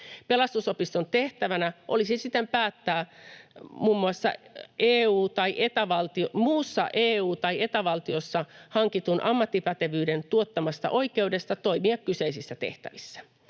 Pelastusopiston tehtävänä olisi siten päättää muussa EU- tai Eta-valtiossa hankitun ammattipätevyyden tuottamasta oikeudesta toimia kyseisissä tehtävissä.